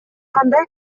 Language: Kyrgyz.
кандай